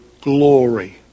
glory